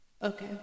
Okay